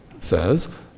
says